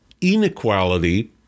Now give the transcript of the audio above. inequality